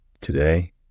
Today